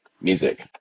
Music